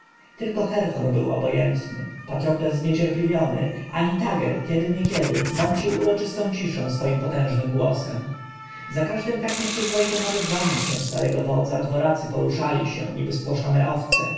tylko herhor był obojętny patrokles zniecierpliwiony a nitager kiedy niekiedy mącił uroczystą ciszę swoim potężnym głosem za każdym tak nieprzyzwoitem odezwaniem się starego wodza dworacy poruszali się niby spłoszone owce